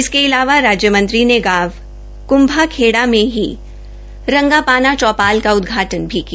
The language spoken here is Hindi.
इसके अलावा राज्यमंत्री ने गांव कभाखेडा में ही रंगा पाना चौपाल का उदघाटन भी किया